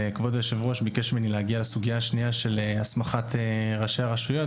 וכבוד היושב-ראש ביקש ממני להגיע לסוגיה השנייה של הסמכת ראשי הרשויות.